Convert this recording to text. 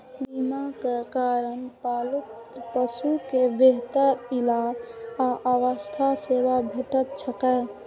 बीमाक कारण पालतू पशु कें बेहतर इलाज आ स्वास्थ्य सेवा भेटैत छैक